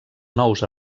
nous